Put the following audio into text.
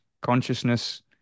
consciousness